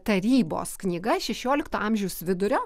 tarybos knyga šešiolikto amžiaus vidurio